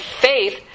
faith